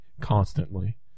constantly